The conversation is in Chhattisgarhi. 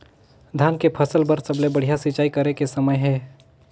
धान के फसल बार सबले बढ़िया सिंचाई करे के समय हे?